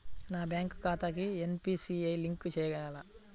నా బ్యాంక్ ఖాతాకి NPCI link చేయాలా?